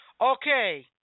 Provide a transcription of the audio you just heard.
Okay